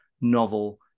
novel